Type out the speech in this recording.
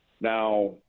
Now